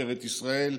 משטרת ישראל,